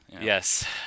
Yes